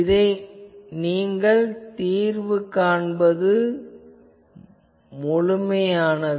இதில் நீங்கள் காண்பது முழுமையானது